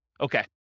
Okay